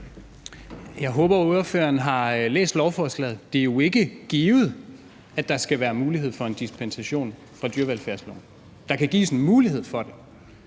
Jeg håber, ordføreren har læst lovforslaget – det er jo ikke givet, at der skal være mulighed for en dispensation fra dyrevelfærdsloven. Der kan gives en mulighed for det,